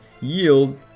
yield